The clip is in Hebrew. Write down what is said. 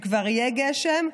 כשכבר יהיה גשם,